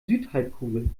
südhalbkugel